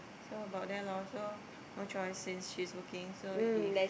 so about there lor so no choice since she's working so if